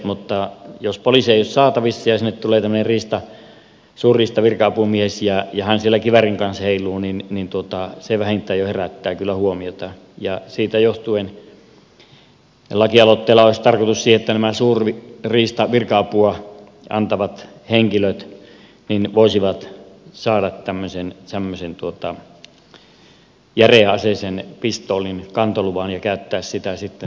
mutta jos poliisia ei ole saatavissa ja sinne tulee tämmöinen suurriistavirka apumies ja hän siellä kiväärin kanssa heiluu niin se vähintään jo herättää kyllä huomiota ja siitä johtuen lakialoitteella olisi tarkoitus siihen että nämä suurriistavirka apua antavat henkilöt voisivat saada tämmöisen järeän aseen pistoolin kantoluvan ja käyttää sitä sitten tuolla apuna tilanteissa